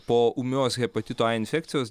po ūmios hepatito a infekcijos